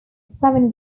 seven